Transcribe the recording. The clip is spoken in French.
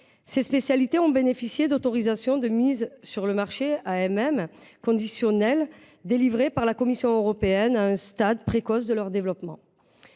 Ces spécialités ont bénéficié d’autorisations de mise sur le marché conditionnelles délivrées par la Commission européenne à un stade précoce de leur développement.